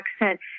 accent